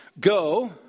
Go